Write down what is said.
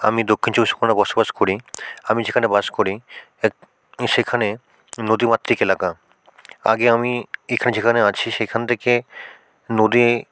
আমি দক্ষিণ চব্বিশ পরগনায় বসবাস করি আমি যেখানে বাস করি এক সেখানে নদীমাতৃক এলাকা আগে আমি এইখান যেখানে আছি সেখান থেকে নদী